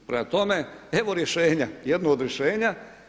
Prema tome, evo rješenja, jedno od rješenja.